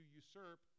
usurp